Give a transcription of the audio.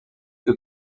que